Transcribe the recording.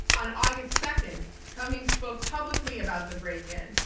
on august second, cummings spoke publicly about the break-in,